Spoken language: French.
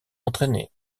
entraînés